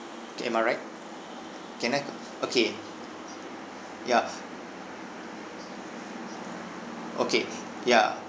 K am I right can I okay ya okay ya